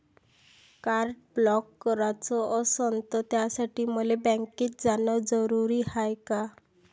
Card block कराच असनं त त्यासाठी मले बँकेत जानं जरुरी हाय का?